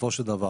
בסופו של דבר,